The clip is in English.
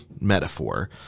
metaphor